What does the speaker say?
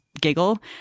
giggle